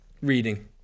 reading